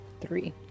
Three